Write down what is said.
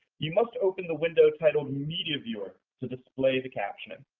you must open the window titled media viewer to display the captioning.